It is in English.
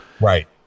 Right